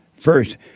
first